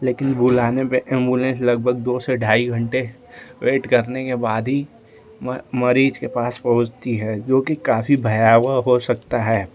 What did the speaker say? लेकिन बुलाने पर एम्बुलेंस लगभग दो से ढाई घंटे वेट करने के बाद ही म मरीज के पास पहुँचती है जो कि काफी भयावह हो सकता है